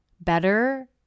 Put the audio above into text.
better